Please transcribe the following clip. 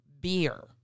beer